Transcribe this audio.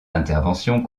interventions